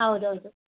ಹೌದ್ ಹೌದು